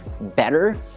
better